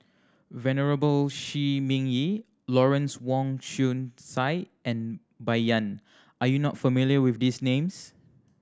Venerable Shi Ming Yi Lawrence Wong Shyun Tsai and Bai Yan are you not familiar with these names